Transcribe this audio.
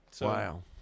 Wow